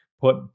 put